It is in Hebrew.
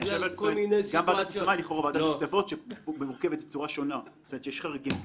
יש חריגים כאלה.